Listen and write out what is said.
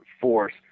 force